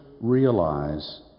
realize